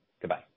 Goodbye